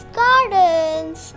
gardens